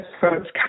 first